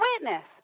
witness